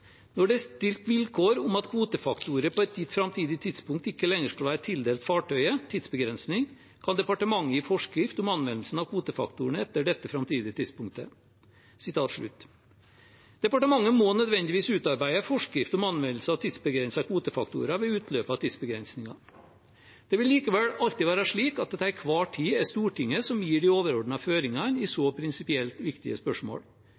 det er stilt vilkår om at kvotefaktorer på et gitt framtidig tidspunkt ikke lenger skal være tildelt fartøyet , kan departementet gi forskrift om anvendelsen av kvotefaktorene etter dette framtidige tidspunktet.» Departementet må nødvendigvis utarbeide en forskrift om anvendelse av tidsbegrensede kvotefaktorer ved utløpet av tidsbegrensningen. Det vil likevel alltid være slik at det til enhver tid er Stortinget som gir de overordnede føringene i så prinsipielt viktige spørsmål.